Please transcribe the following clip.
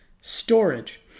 storage